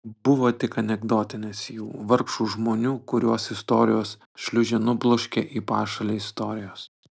buvo tik anekdotinės jų vargšų žmonių kuriuos istorijos šliūžė nubloškė į pašalę istorijos